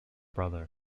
brother